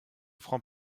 franc